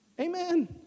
Amen